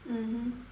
mmhmm